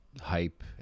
hype